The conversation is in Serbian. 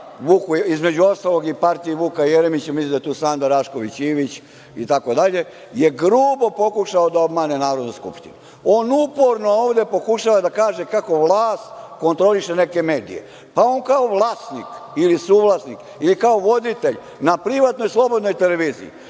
između ostalog i partiji Vuka Jeremića i mislim da je tu Sanda Rašković Ivić itd, je grubo pokušao da obmane Narodnu skupštinu. On uporno ovde pokušava da kaže kako vlast kontroliše neke medije. On kao vlasnik, suvlasnik ili kao voditelj na privatnoj slobodnoj televiziji,